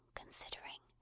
considering